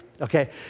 Okay